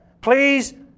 please